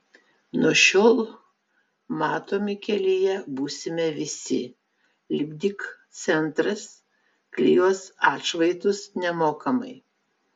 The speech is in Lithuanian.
nuo šiol matomi kelyje būsime visi lipdyk centras klijuos atšvaitus nemokamai